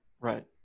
Right